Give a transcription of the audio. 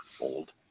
old